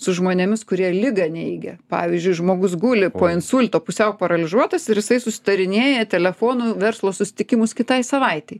su žmonėmis kurie ligą neigia pavyzdžiui žmogus guli po insulto pusiau paralyžiuotas ir jisai susitarinėja telefonu verslo susitikimus kitai savaitei